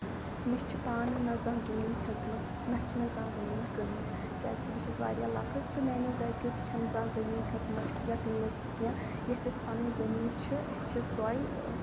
مےٚ چھُ پانہٕ نہ زانٛہہ زٔمیٖن ہٮ۪ژمٕژ نہ چھُ مےٚ زانٛہہ زٔمیٖن کٕنۍ مٕژ کیازِ کہِ بہٕ چھَس واریاہ لۄکٕٹ تہٕ میانٮ۪و گرِکٮ۪و تہِ چھنہٕ زانٛہہ زٔمیٖن ہٮ۪ژمٕژ یا کٕنۍ مٕٕژ کیٚنٛہہ یُس اَسہِ پَنُن زٔمیٖن چھ اَسہِ چھ سۄے